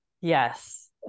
yes